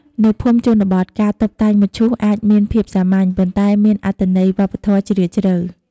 នៅភូមិជនបទ ការតុបតែងមឈូសអាចមានភាពសាមញ្ញ ប៉ុន្តែមានអត្ថន័យវប្បធម៌ជ្រាលជ្រៅ។